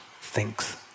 thinks